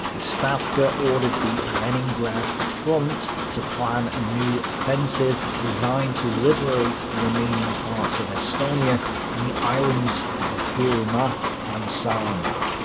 the stavka ordered the leningrad front to plan a new offensive designed to liberate the remaining parts of estonia and the islands of hiiumaa and saaremaa.